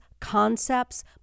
concepts